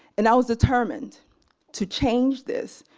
and i was determined to change this,